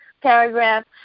paragraph